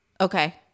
okay